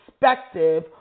perspective